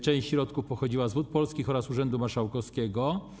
Część środków pochodzi z Wód Polskich oraz urzędu marszałkowskiego.